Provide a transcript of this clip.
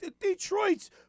Detroit's